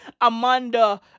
Amanda